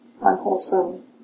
unwholesome